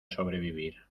sobrevivir